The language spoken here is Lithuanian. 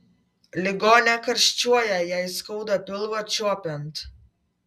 ligonė karščiuoja jai skauda pilvą čiuopiant